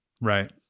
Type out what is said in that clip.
Right